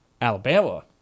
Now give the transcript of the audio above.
Alabama